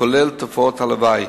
כולל תופעות הלוואי.